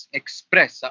express